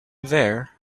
there